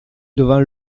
devant